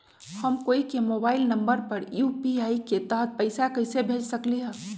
हम कोई के मोबाइल नंबर पर यू.पी.आई के तहत पईसा कईसे भेज सकली ह?